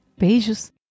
Beijos